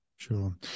Sure